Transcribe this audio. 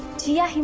jia?